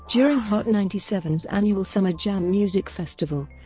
during hot ninety seven s annual summer jam music festival,